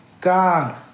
God